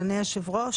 אדוני היושב-ראש,